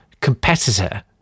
competitor